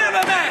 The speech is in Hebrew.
אורן חזן, באמת.